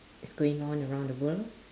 is going on around the world